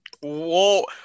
Whoa